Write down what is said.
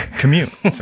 commute